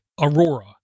Aurora